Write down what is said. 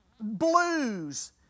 blues